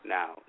Now